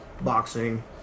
boxing